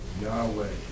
Yahweh